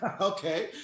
Okay